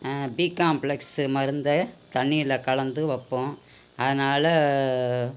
B complex மருந்தை தண்ணியில கலந்து வைப்போம் அதனால